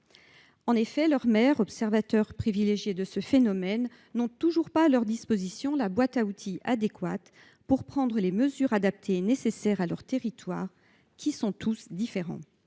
En effet, leurs maires, observateurs privilégiés de ce phénomène, n’ont toujours pas à leur disposition la boîte à outils adéquate pour prendre les mesures adaptées et nécessaires à leurs territoires, qui sont tous différents.